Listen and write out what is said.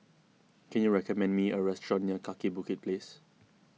can you recommend me a restaurant near Kaki Bukit Place